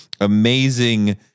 amazing